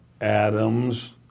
Adams